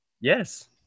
Yes